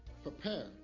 Prepare